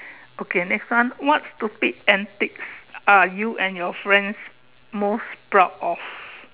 okay next one what stupid antics are you and your friends most proud of